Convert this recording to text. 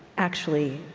actually,